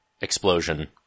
explosion